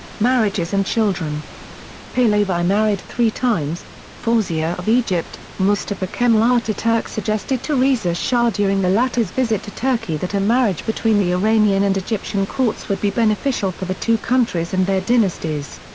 marriages and children pahlavi married three times fawzia of egypt mustafa kemal ah ataturk suggested to reza shah during the latter's visit to turkey that a marriage between the iranian and egyptian courts would be beneficial for the two countries and their dynasties.